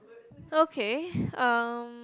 okay um